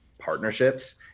partnerships